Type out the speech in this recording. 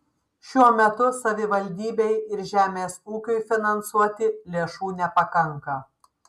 šiuo metu savivaldybei ir žemės ūkiui finansuoti lėšų nepakanka